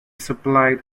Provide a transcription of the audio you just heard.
supplied